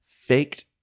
faked